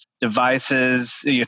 devices